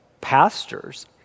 pastors